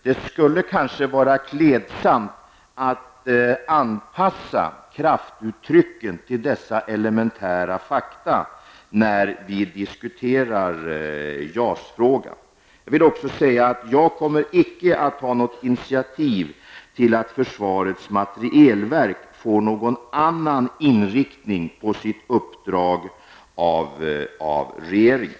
Det skulle kanske vara klädsamt att anpassa kraftuttrycken till dessa elementära fakta när vi diskuterar JAS-frågan. Jag vill också säga att jag icke kommer att ta något initiativ till att försvarets materielverk får någon ändrad inriktning på sitt uppdrag av regeringen.